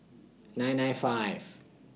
nine nine five